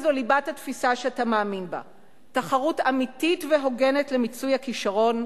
זו ליבת התפיסה שאתה מאמין בה: תחרות אמיתית והוגנת למיצוי הכשרון,